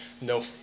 no